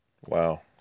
Wow